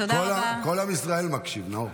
כל עם ישראל מקשיב, נאור,